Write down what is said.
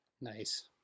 nice